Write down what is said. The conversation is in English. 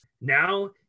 now